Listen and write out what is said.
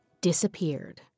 disappeared